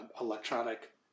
electronic